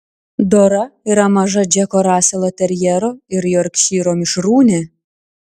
dora yra maža džeko raselo terjero ir jorkšyro mišrūnė